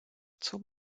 zum